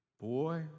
boy